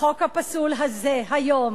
החוק הפסול הזה היום